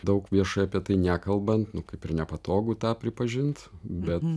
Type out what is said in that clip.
daug viešai apie tai nekalbant nu kaip ir nepatogu tą pripažint bet